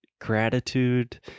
gratitude